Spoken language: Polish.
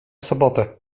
sobotę